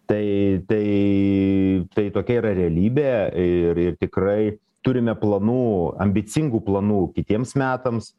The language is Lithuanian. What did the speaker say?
tai tai tai tokia yra realybė ir ir tikrai turime planų ambicingų planų kitiems metams